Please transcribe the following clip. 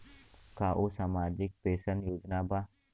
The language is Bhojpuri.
का उ सामाजिक पेंशन योजना बा?